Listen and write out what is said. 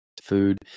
food